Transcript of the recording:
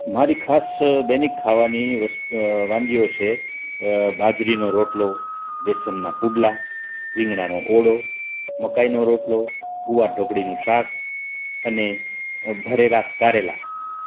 મારી ખાસ દૈનિક ખાવાની વાનગીઓ છે બાજરીનો રોટલો બેસનના પુડલા રીંગણાનો ઓળો મકાઈનો રોટલો ગુવાર ઢોકળીનું શાક અને ભરેલા કારેલા